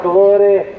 Glory